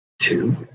two